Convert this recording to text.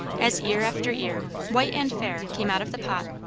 as ear after ear, white and fair, came out of the pot?